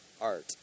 art